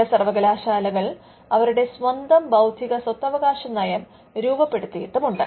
ചില സർവ്വകലാശാലകൾ അവരുടെ സ്വന്തം ബൌദ്ധിക സ്വത്തവകാശ നയം രൂപപ്പെടുത്തിയിട്ടുണ്ട്